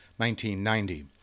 1990